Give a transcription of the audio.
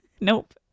Nope